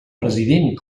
president